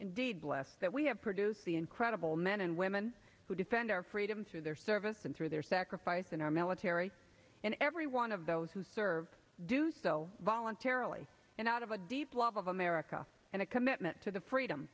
indeed blessed that we have produced the incredible men and women who defend our freedom through their service and through their sacrifice in our military and every one of those who serve do so voluntarily and out of a deep love of america and a commitment to the freedom